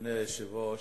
אדוני היושב-ראש,